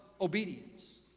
obedience